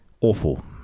Awful